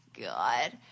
God